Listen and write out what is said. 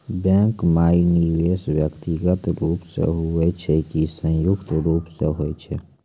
Bank माई निवेश व्यक्तिगत रूप से हुए छै की संयुक्त रूप से होय छै?